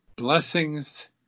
Blessings